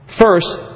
First